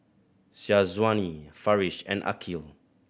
Syazwani Farish and Aqil